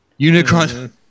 Unicron